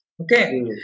Okay